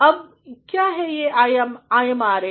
अब क्या है यहIMRAD